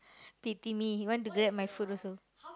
pity me he want to grab my food also